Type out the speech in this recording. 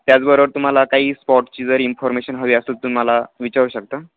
त्याचबरोबर तुम्हाला काही स्पॉटची जर इन्फॉर्मेशन हवी असेल तुम्हाला विचारू शकता